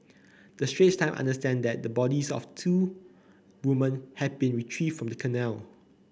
the Straits Times understand that the bodies of two woman have been retrieved from the canal